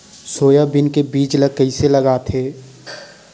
Soybean के बीज ल कइसे लगाथे?